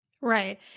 Right